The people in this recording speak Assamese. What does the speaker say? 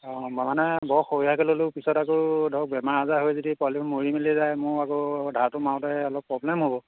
অঁ মানে বৰ সৰিয়াকৈ ল'লেও পিছত আকৌ ধৰক বেমাৰ আজাৰ হয় যদি পোৱালিবোৰ মৰি মেলি যায় মোৰ আকৌ ধাৰটো মাৰোতে অলপ প্ৰব্লেম হ'ব